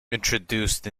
introduced